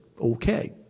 okay